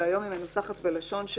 והיום היא מנוסחת בלשון: